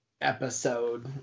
Episode